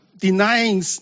denying